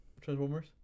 Transformers